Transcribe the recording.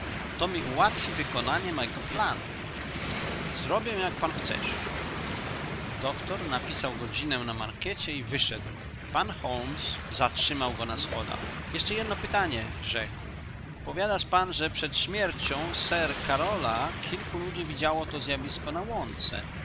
to mi ułatwi wykonanie mego planu zrobię jak pan chcesz doktor zapisał godzinę na mankiecie i wyszedł pan holmes zatrzymał go na schodach jeszcze jedno pytanie rzekł powiadasz pan że przed śmiercią sir karola kilku ludzi widziało to zjawisko na łące